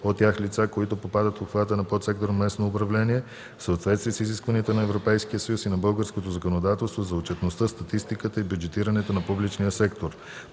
от тях лица, които попадат в обхвата на подсектор „Местно управление”, в съответствие с изискванията на Европейския съюз и на българското законодателство за отчетността, статистиката и бюджетирането на публичния сектор.”;